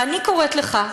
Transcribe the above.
ואני קוראת לך,